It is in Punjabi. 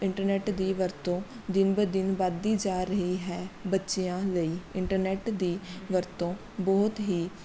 ਇੰਟਰਨੈੱਟ ਦੀ ਵਰਤੋਂ ਦਿਨ ਬ ਦਿਨ ਵੱਧਦੀ ਜਾ ਰਹੀ ਹੈ ਬੱਚਿਆਂ ਲਈ ਇੰਟਰਨੈੱਟ ਦੀ ਵਰਤੋਂ ਬਹੁਤ ਹੀ